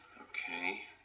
Okay